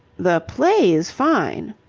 the play's fine.